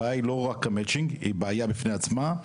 הבעיה היא לא רק המצ'ינג, היא בעיה בפני עצמה.